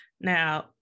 Now